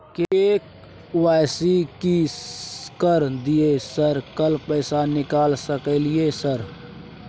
KYC कर दलियै sir कल पैसा निकाल सकलियै सर?